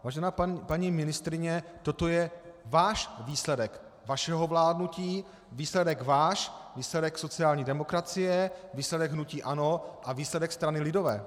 Vážená paní ministryně, toto je váš výsledek, vašeho vládnutí, výsledek váš, výsledek sociální demokracie, výsledek hnutí ANO a výsledek strany lidové.